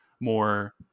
more